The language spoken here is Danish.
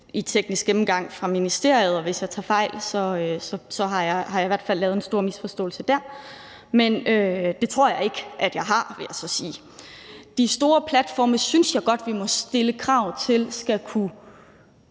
i teknisk gennemgang i ministeriet. Hvis jeg tager fejl, har jeg i hvert fald misforstået det, men det tror jeg ikke har, vil jeg så sige. De store platforme synes jeg godt vi må stille krav til skal kunne